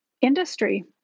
industry